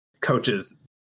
coaches